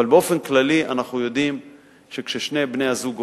אבל באופן כללי, שכששני בני-הזוג עובדים,